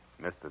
Mr